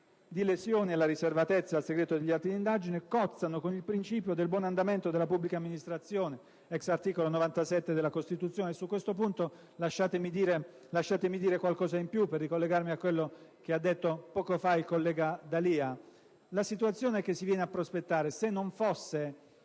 di lesioni alla riservatezza e al segreto degli atti di indagine) cozzano con il principio del buon andamento della pubblica amministrazione *ex* articolo 97 della Costituzione. Su questo punto lasciatemi dire qualcosa in più, per ricollegarmi a quanto detto poco fa dal collega D'Alia. La situazione che si viene a prospettare, se non fosse